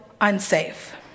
unsafe